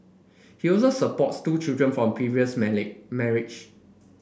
he also supports two children from previous marriage